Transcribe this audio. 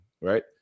right